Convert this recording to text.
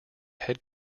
head